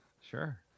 sure